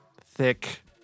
Thick